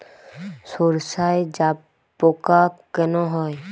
সর্ষায় জাবপোকা কেন হয়?